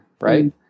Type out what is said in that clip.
right